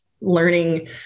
learning